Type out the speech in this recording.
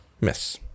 Miss